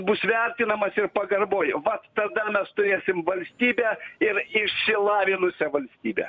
bus vertinamas ir pagarboj vat tada mes turėsim valstybę ir išsilavinusią valstybę